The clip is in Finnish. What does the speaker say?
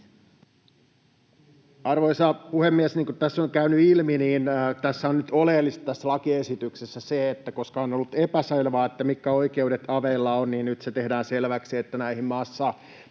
Arvoisa puhemies! Niin kuin tässä on jo käynyt ilmi, tässä lakiesityksessä on nyt oleellista se, että koska on ollut epäselvää, mitkä oikeudet aveilla on, niin nyt se tehdään selväksi, että näihin